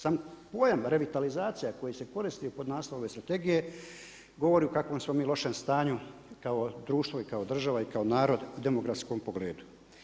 Sam pojam revitalizacija koji se koristi pod naslove strategije govori u kakvom smo mi lošem stanju kao društvo i kao država i kao narod u demografskom pogledu.